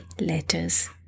letters